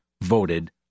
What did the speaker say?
voted